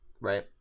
Right